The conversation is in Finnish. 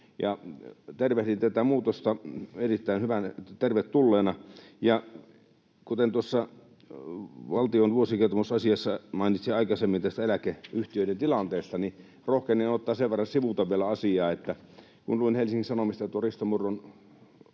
Tervehdin tätä muutosta erittäin hyvänä ja tervetulleena. Kun tuossa hallituksen vuosikertomus ‑asiassa mainitsin aikaisemmin tästä eläkeyhtiöiden tilanteesta, niin rohkenen sen verran sivuta vielä asiaa, että kun luin Helsingin Sanomista Risto Murron